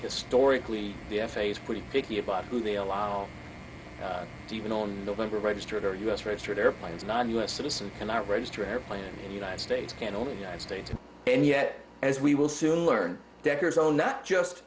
historically the f a a is pretty picky about who they allow to even on november registered or u s registered airplanes not u s citizens cannot register airplanes and united states can only united states and yet as we will soon learn decker's are not just